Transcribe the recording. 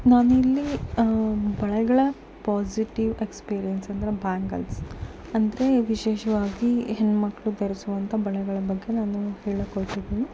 ನಾನು ಇಲ್ಲಿ ಬಳೆಗಳ ಪಾಸಿಟಿವ್ ಎಕ್ಸ್ಪೀರಿಯನ್ಸ್ ಅಂದರೆ ಬ್ಯಾಂಗಲ್ಸ್ ಅಂದರೆ ವಿಶೇಷವಾಗಿ ಹೆಣ್ಣುಮಕ್ಳು ಧರಿಸುವಂತಹ ಬಳೆಗಳ ಬಗ್ಗೆ ನಾನು ಹೇಳೋಕೆ ಹೊರ್ಟಿದ್ದೀನಿ